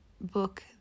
book